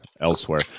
elsewhere